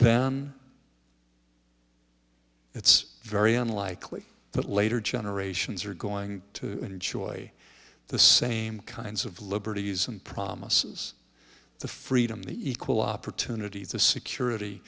then it's very unlikely that later generations are going to enjoy the same kinds of liberties and promises the freedom the equal opportunity the security